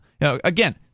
again